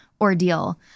ordeal